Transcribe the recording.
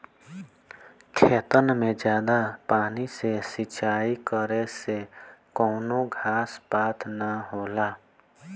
खेतन मे जादा पानी से सिंचाई करे से कवनो घास पात ना होला